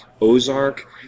Ozark